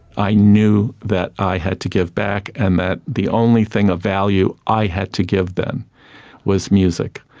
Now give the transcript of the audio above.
i knew that i had to give back and that the only thing of value i had to give then was music.